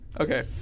Okay